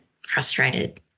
frustrated